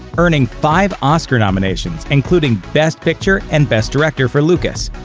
earning five oscar nominations including best picture and best director for lucas.